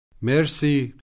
Merci